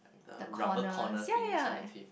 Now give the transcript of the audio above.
the corners ya ya